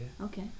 Okay